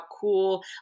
cool